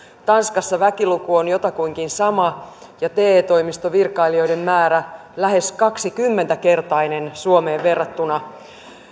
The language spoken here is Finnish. tanskassa väkiluku on jotakuinkin sama ja te toimistovirkailijoiden määrä lähes kaksikymmentäkertainen suomeen verrattuna pidän